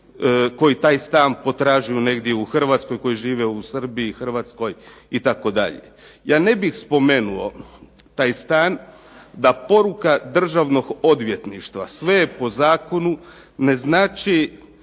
koji taj stan potražuju negdje u Hrvatskoj, koji žive u Srbiji, Hrvatskoj itd.? Ja ne bih spomenuo taj stan da poruka Državnog odvjetništva sve je po zakonu ne znači